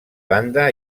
banda